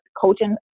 coaching